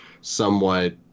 somewhat